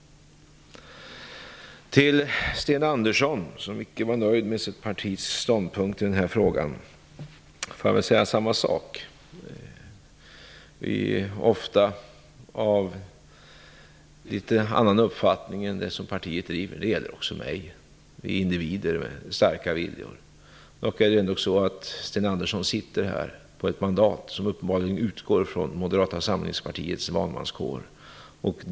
Sten Andersson var icke nöjd med sitt partis ståndpunkt i den här frågan. Man kan ofta vara av en litet annan uppfattning än den som partiet driver. Det händer även mig. Vi är individer med starka viljor. Nog är det ändå så att Sten Andersson sitter här på ett mandat som uppenbarligen utgår från Moderata samlingspartiets valmanskår.